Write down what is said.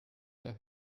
der